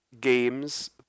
games